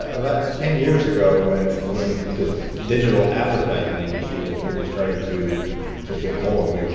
about ten years ago, when when the digital advertising industry was really starting to to get going,